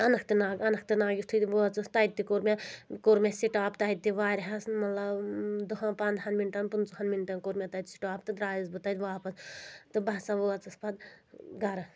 Anant Nag Anantnag یِتھُے بہٕ وٲژٕس تتہِ تہِ کوٚر مےٚ کوٚر مےٚ سِٹاپ تَتہِ تہِ واریہس مطلب دَہن پنٛدہن مِنٹن پٕنژٕہن مِنٹن کوٚر مےٚ تتہِ سِٹاپ تہٕ درٛاس بہٕ تتہِ واپَس تہٕ بہٕ ہَسا وٲژٕس پَتہٕ گَرٕ